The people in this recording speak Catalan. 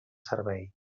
servei